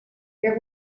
què